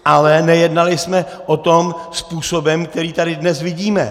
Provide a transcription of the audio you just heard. Ale nejednali jsme o tom způsobem, který tady dnes vidíme.